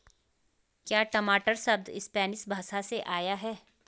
क्या टमाटर शब्द स्पैनिश भाषा से आया है?